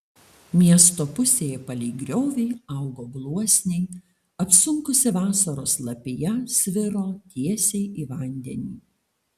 miesto pusėje palei griovį augo gluosniai apsunkusi vasaros lapija sviro tiesiai į vandenį